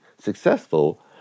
successful